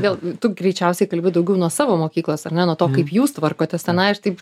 vėl tu greičiausiai kalbi daugiau nuo savo mokyklos ar ne nuo to kaip jūs tvarkotės tenai aš taip